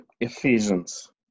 Ephesians